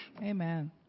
Amen